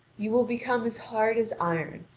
you will become as hard as iron,